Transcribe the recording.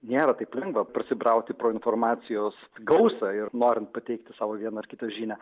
nėra taip lengva prasibrauti pro informacijos gausą ir norint pateikti savo vieną ar kitą žinią